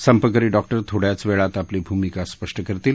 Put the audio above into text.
संपकरी डॉक्टर थोड्याच वळीत आपली भूमिका स्पष्ट करतील